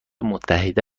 متحده